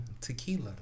tequila